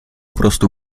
prostu